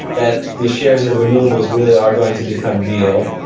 that the shares of renewables really are going to become real.